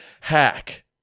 Hack